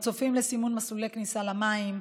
מצופים לסימון מסלולי כניסה למים,